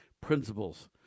principles